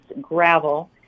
gravel